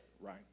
right